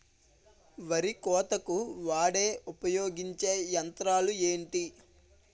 వరి కోతకు వాడే ఉపయోగించే యంత్రాలు ఏంటి?